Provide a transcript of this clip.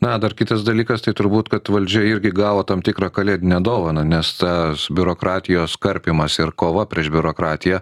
na dar kitas dalykas tai turbūt kad valdžia irgi gavo tam tikrą kalėdinę dovaną nes tas biurokratijos karpymas ir kova prieš biurokratiją